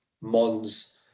Mons